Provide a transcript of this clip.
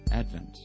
Advent